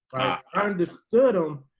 i understood them.